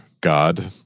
God